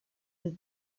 and